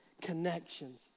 connections